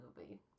movie